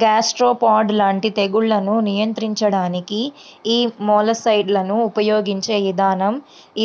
gastropod లాంటి తెగుళ్లను నియంత్రించడానికి యీ మొలస్సైడ్లను ఉపయిగించే ఇదానం